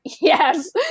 yes